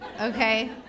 Okay